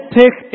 take